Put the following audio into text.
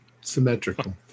Symmetrical